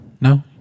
No